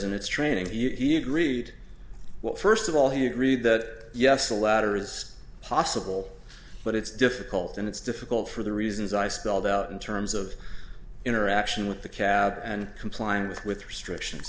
in its training he agreed well first of all he agreed that yes the latter is possible but it's difficult and it's difficult for the reasons i spelled out in terms of interaction with the cab and complying with with restrictions